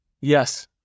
Yes